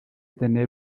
tener